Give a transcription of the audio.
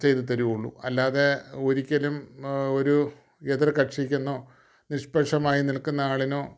ചെയ്തു തരികയുള്ളൂ അല്ലാതെ ഒരിക്കലും ഒരു എതിർകക്ഷിക്കെന്നോ നിക്ഷ്പക്ഷമായി നിൽക്കുന്ന ആളിനോ